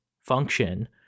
function